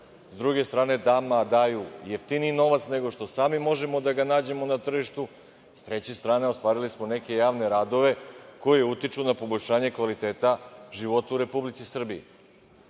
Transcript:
sa druge strane nama daju jeftiniji novac nego što sami možemo da ga nađemo na tržištu. S treće strane, ostvarili smo neke javne radove koji utiču na poboljšanje kvaliteta života u Republici Srbiji.